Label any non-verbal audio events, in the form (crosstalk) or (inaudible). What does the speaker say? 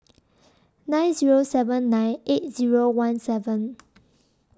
nine Zero seven nine eight Zero one seven (noise)